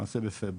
למעשה בפברואר.